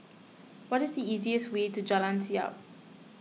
what is the easiest way to Jalan Siap